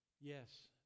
Yes